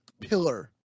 pillar